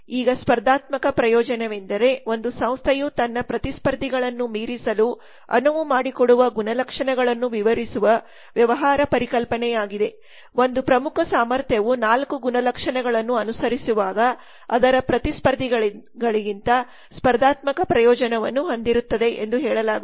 ಈಗ ಸ್ಪರ್ಧಾತ್ಮಕ ಪ್ರಯೋಜನವೆಂದರೆ ಒಂದು ಸಂಸ್ಥೆಯು ತನ್ನ ಪ್ರತಿಸ್ಪರ್ಧಿಗಳನ್ನು ಮೀರಿಸಲು ಅನುವು ಮಾಡಿಕೊಡುವ ಗುಣಲಕ್ಷಣಗಳನ್ನು ವಿವರಿಸುವ ವ್ಯವಹಾರ ಪರಿಕಲ್ಪನೆಯಾಗಿದೆ ಒಂದು ಪ್ರಮುಖ ಸಾಮರ್ಥ್ಯವು 4 ಗುಣಲಕ್ಷಣಗಳನ್ನು ಅನುಸರಿಸುವಾಗ ಅದರ ಪ್ರತಿಸ್ಪರ್ಧಿಗಳಿಗಿಂತ ಸ್ಪರ್ಧಾತ್ಮಕ ಪ್ರಯೋಜನವನ್ನು ಹೊಂದಿರುತ್ತದೆ ಎಂದು ಹೇಳಲಾಗುತ್ತದೆ